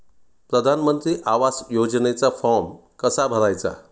प्रधानमंत्री आवास योजनेचा फॉर्म कसा भरायचा?